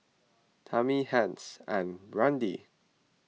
Tamie Hence and Brande